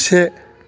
से